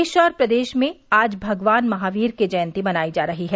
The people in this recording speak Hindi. देश और प्रदेश में आज भगवान महावीर की जयंती मनायी जा रही है